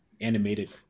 animated